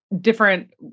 different